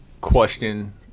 question